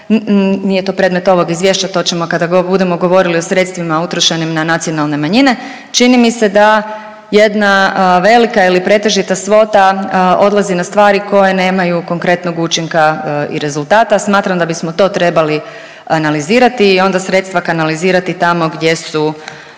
nije to predmet ovog izvješća to ćemo kada budemo govorili o sredstvima utrošenim na nacionalne manjine, čini mi se da jedna velika ili pretežita svota odlazi na stvari koje nemaju konkretnog učinka i rezultata. Smatram da bismo to trebali analizirati i onda sredstva kanalizirati amo gdje su